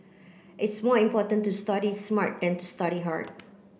it's more important to study smart than to study hard